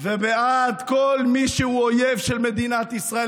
ובעד כל מי שהוא אויב של מדינת ישראל,